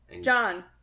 John